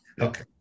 okay